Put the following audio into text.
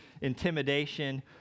intimidation